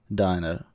diner